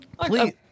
Please